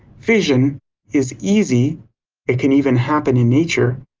fission is easy it can even happen in nature.